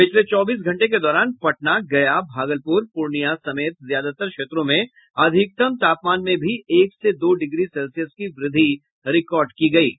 पिछले चौबीस घंटे के दौरान पटना गया भागलपुर पूर्णिया समेत ज्यादतर क्षेत्रों में अधिकतम तापमान में भी एक से दो डिग्री सेल्सियस की वृद्धि रिकार्ड की गयी है